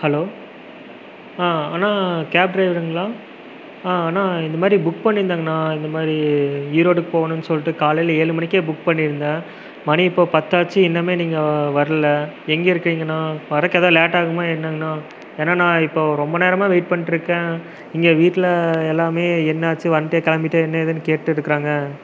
hello ஆ அண்ணா cab ட்ரைவருங்களா ஆ அண்ணா இதுமாதிரி புக் பண்ணியிருந்தங்ணா இந்தமாதிரி ஈரோடுக்கு போகணுன் சொல்லிட்டு காலையில் ஏழு மணிக்கே புக் பண்ணியிருந்தேன் மணி இப்போ பத்தாச்சி இன்னுமே நீங்கள் வரல எங்கே இருக்கிங்கண்ணா வரக்கெதா லேட்டாகுமா என்னங்ணா ஏன்னால் நான் இப்போ ரொம்ப நேரமாக வெய்ட் பண்ணிட்ருக்கேன் இங்கே வீட்டில் எல்லாமே என்னாச்சி வந்துட்டியா கிளம்பிட்டியா என்ன ஏதுன் கேட்டு இருக்கிறாங்க